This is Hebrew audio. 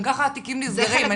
גם ככה התיקים נסגרים,